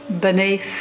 beneath